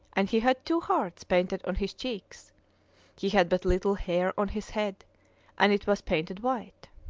and he had two hearts painted on his cheeks he had but little hair on his head and it was painted white.